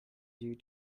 due